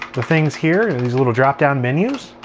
the things here, and these little dropdown menus.